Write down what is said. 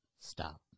Stop